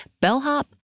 bellhop